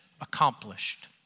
accomplished